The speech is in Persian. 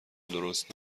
درست